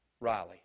Riley